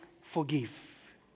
forgive